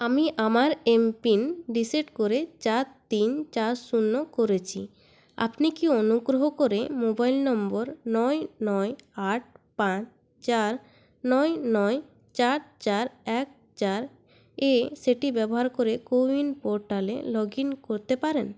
আমি আমার M PIN reset করে চার তিন চার শুন্য করেছি আপনি কি অনুগ্রহ করে মোবাইল নম্বর নয় নয় আট পাঁচ চার নয় নয় চার চার এক চার এ সেটি ব্যবহার করে কোউইন পোর্টালে লগ ইন করতে পারেন